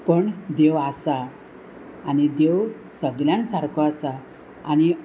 पण देव आसा आनी देव सगल्यांक सारको आसा आनी